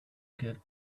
get